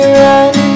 run